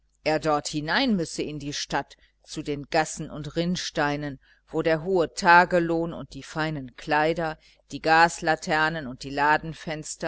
er dort hinein müsse in die stadt zu den gassen und rinnsteinen wo der hohe tagelohn und die feinen kleider die gaslaternen und die